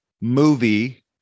movie